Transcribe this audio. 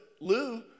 Lou